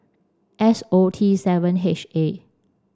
S O T seven H A